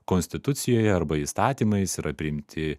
konstitucijoje arba įstatymais yra priimti